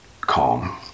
calm